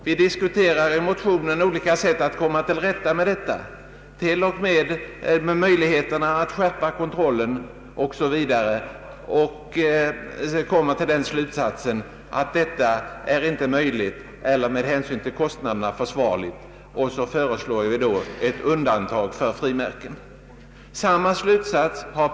Vi diskuterar i motionen olika sätt att komma till rätta med detta, även möjligheterna att skärpa kontrollen, och kommer till den slutsatsen att detta inte är möjligt eller med hänsyn till kostnaderna försvarligt. Vi föreslår sedan ett undantag för frimärken.